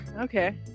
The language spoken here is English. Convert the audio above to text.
okay